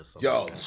yo